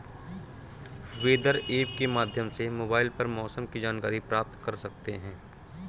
weather app के माध्यम से मोबाइल पर मौसम की जानकारी प्राप्त कर सकते हैं